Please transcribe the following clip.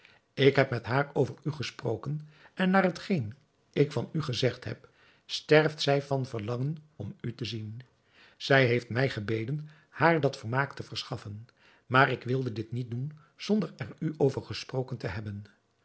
ik heb met haar over u gesproken en naar hetgeen ik van u gezegd heb sterft zij van verlangen om u te zien zij heeft mij gebeden haar dat vermaak te verschaffen maar ik wilde dit niet doen zonder er u over gesproken te hebben